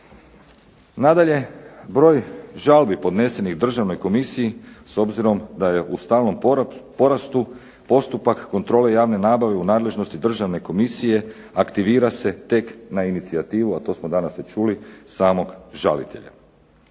Nadalje, broj žalbi podnesenih Državnoj komisiji s obzirom da je u stalnom porastu postupak kontrole javne nabave u nadležnosti Državne komisije aktivira se tek na inicijativu, a to smo danas već čuli samog žalitelja.